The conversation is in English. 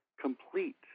complete